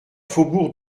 faubourg